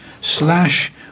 slash